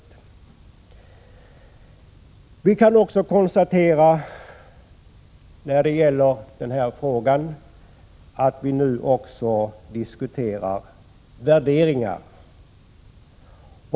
I det här sammanhanget kan det noteras att vi nu också diskuterar värderingar.